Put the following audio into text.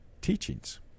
teachings